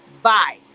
Bye